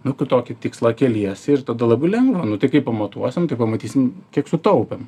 nu tokį tikslą keliesi ir tada labai lengva nu tai kai pamatuosim tai pamatysim kiek sutaupėm